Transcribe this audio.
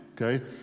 okay